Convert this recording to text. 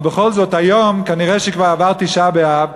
אבל בכל זאת היום כנראה כבר עבר תשעה באב,